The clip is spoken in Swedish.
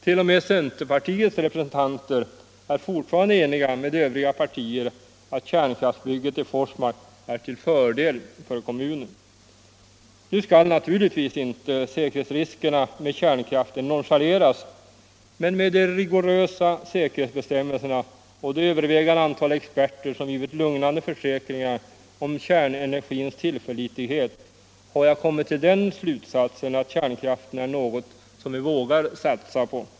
T. o. m. centerpartiets representanter är fortfarande eniga med övriga partier om att kärnkraftsbygget i Forsmark är till fördel för kommunen. Nu skall naturligtvis inte säkerhetsriskerna med kärnkraften nonchaleras, men med tanke på de rigorösa säkerhetsbestämmelserna och det övervägande antal experter som givit lugnande försäkringar om kärnenergins tillförlitlighet har jag kommit till den slutsatsen att kärnkraften är något som vi vågar satsa på.